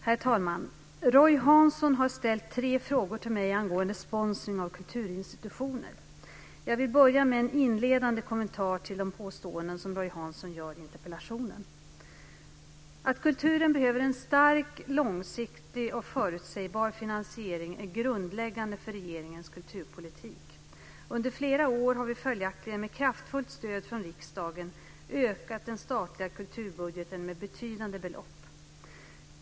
Herr talman! Roy Hansson har ställt tre frågor till mig angående sponsring av kulturinstitutioner. Jag vill börja med en inledande kommentar till de påståenden som Roy Hansson gör i interpellationen. Att kulturen behöver en stark, långsiktig och förutsägbar finansiering är grundläggande för regeringens kulturpolitik. Under flera år har vi följaktligen, med kraftfullt stöd från riksdagen, ökat den statliga kulturbudgeten med betydande belopp.